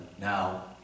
now